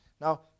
now